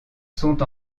sont